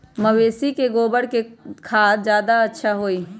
मवेसी के गोबर के खाद ज्यादा अच्छा होई?